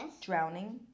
Drowning